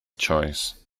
choice